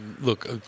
look